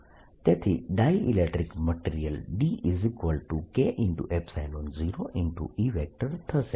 તેથી dielectric material DK0E થશે